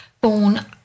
born